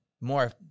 more